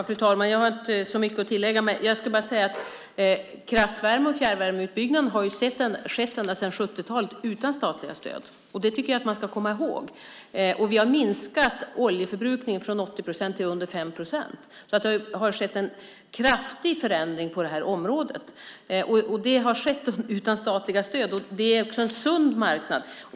Fru talman! Jag har inte så mycket att tillägga. Jag ska bara säga att kraftvärme och fjärrvärmeutbyggnaden har skett ända sedan 70-talet utan statliga stöd. Det ska man komma ihåg. Vi har minskat oljeförbrukningen från 80 procent till under 5 procent. Det har skett en kraftig förändring på det här området, och det har skett utan statliga stöd. Det är också en sund marknad.